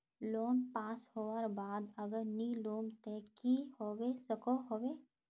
Loan pass होबार बाद अगर नी लुम ते की होबे सकोहो होबे?